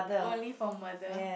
only for mother